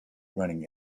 running